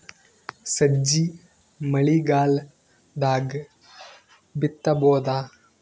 ಸಜ್ಜಿ ಮಳಿಗಾಲ್ ದಾಗ್ ಬಿತಬೋದ?